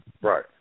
Right